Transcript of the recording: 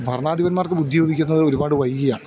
ഭരണാഥിപന്മാർക്ക് ബുദ്ധി ഉദിക്കുന്നത് ഒരുപാട് വൈകിയാണ്